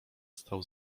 stał